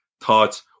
thoughts